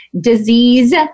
disease